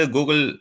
Google